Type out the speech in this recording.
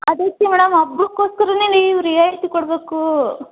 ಅದಕ್ಕೆ ಮೇಡಮ್ ಹಬ್ಬಕ್ಕೋಸ್ಕರನೇ ನೀವು ರಿಯಾಯಿತಿ ಕೊಡಬೇಕು